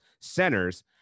centers